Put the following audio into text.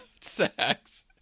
sex